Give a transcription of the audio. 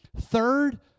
Third